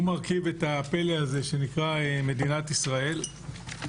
שמרכיב את הפלא הזה שנקרא מדינת ישראל.